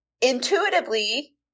intuitively